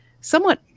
somewhat